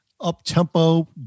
up-tempo